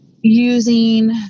using